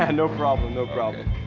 and no problem. no problem.